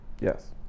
yes